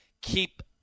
keep